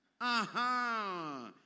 Aha